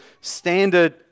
standard